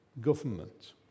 government